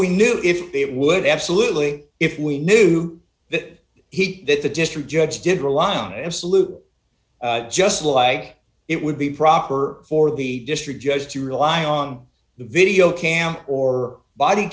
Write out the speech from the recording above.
we knew if they would absolutely if we knew that he that the district judge did rely on it absolutely just like it would be proper for the district judge to rely on the video camera or body